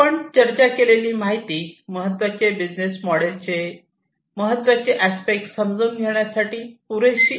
आपण चर्चा केलेली माहिती महत्त्वाचे बिझनेस मोडेल चे महत्वाचे अस्पेक्ट समजून घेण्यासाठी पुरेसी आहे